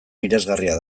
miresgarria